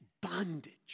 bondage